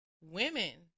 women